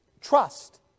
Trust